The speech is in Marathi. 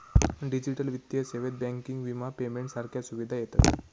डिजिटल वित्तीय सेवेत बँकिंग, विमा, पेमेंट सारख्या सुविधा येतत